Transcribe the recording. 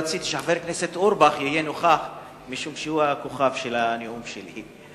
רציתי שחבר הכנסת אורבך יהיה נוכח משום שהוא הכוכב של הנאום שלי.